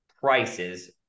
prices